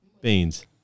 Beans